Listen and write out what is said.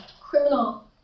criminal